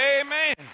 Amen